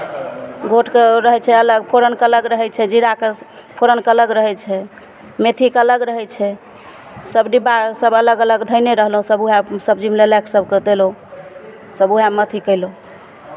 गोटके रहै छै अलग फोरनके अलग रहै छै जीराके फोरनके अलग रहै छै मेथीके अलग रहै छै सभ डिब्बा सभ अलग अलग धयने रहलहुँ सभ उएह सबजीमे लए लए कऽ सभकेँ देलहुँ सभ उएहमे अथि कयलहुँ